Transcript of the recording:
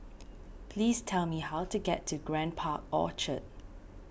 please tell me how to get to Grand Park Orchard